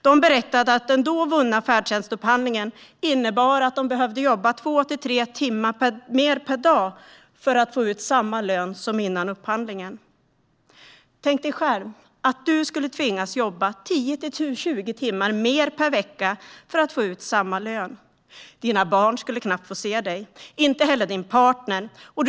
De berättade att den då vunna färdtjänstupphandlingen innebar att de behövde jobba mellan två och tre timmar mer per dag för att få ut samma lön som före upphandlingen. Tänk dig själv att du skulle tvingas jobba 10-20 timmar mer per vecka för att få ut samma lön som tidigare. Dina barn skulle knappt få se dig, och inte heller din partner skulle få se dig.